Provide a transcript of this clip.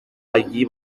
allí